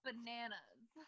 Bananas